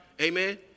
amen